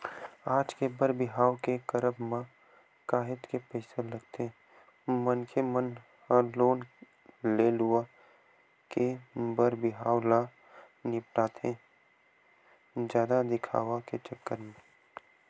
आज के बर बिहाव के करब म काहेच के पइसा लगथे मनखे मन ह लोन ले लुवा के बर बिहाव ल निपटाथे जादा दिखावा के चक्कर म